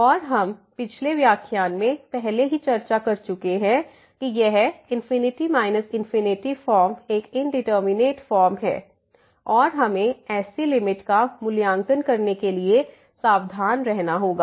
और हम पिछले व्याख्यान में पहले ही चर्चा कर चुके हैं कि यह ∞∞ फॉर्म एक इंडिटरमिनेट फॉर्म है और हमें ऐसी लिमिट का मूल्यांकन करने के लिए सावधान रहना होगा